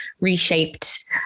reshaped